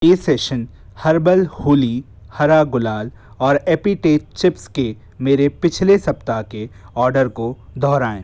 ए सेशन हर्बल होली हरा गुलाल और एपीटेट चिप्स के मेरे पिछले सप्ताह के आर्डर को दोहराएँ